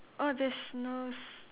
oh there's no